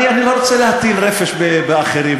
אני לא רוצה להטיל רפש באחרים,